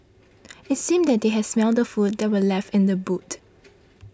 it seemed that they had smelt the food that were left in the boot